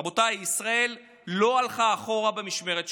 רבותיי, ישראל לא הלכה אחורה במשמרת שלנו.